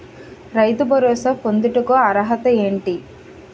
రైతు భరోసా పొందుటకు అర్హత ఏంటి?